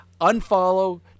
unfollow